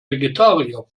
vegetarier